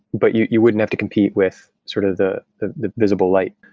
but you you wouldn't have to compete with sort of the the visible light.